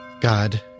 God